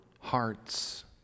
hearts